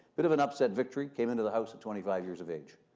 bit of an upset victory. came into the house at twenty five years of age.